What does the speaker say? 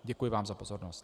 Děkuji vám za pozornost.